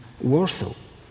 Warsaw